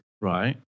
Right